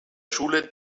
schule